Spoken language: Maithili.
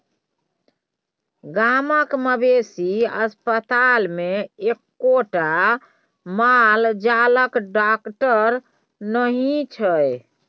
गामक मवेशी अस्पतालमे एक्कोटा माल जालक डाकटर नहि छै